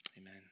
Amen